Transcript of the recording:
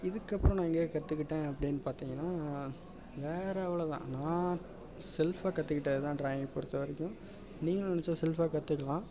இதுக்கப்புறம் நான் எங்கே கற்றுக்கிட்டேன் அப்படின்னு பார்த்தீங்கன்னா வேறு அவ்வளவு தான் நான் செல்ஃபாக கற்றுக்கிட்டது தான் ட்ராயிங்கை பொறுத்தவரைக்கும் நீங்களும் நெனைச்சா செல்ஃபாக கற்றுக்கலாம்